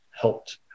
helped